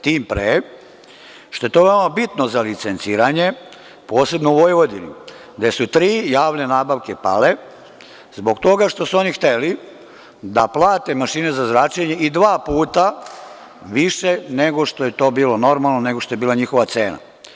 Tim pre, što je veoma bitno za licenciranje, posebno u Vojvodini, gde su tri javne nabavke pale, zbog toga što su oni hteli da plate mašine za zračenje i dva puta više nego što je to bilo normalno, nego što je bila njihova cena.